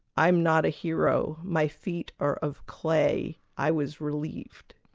i'm not a hero, my feet are of clay. i was relieved.